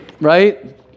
right